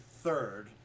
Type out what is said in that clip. third